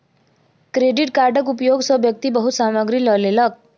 credit कार्डक उपयोग सॅ व्यक्ति बहुत सामग्री लअ लेलक